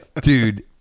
Dude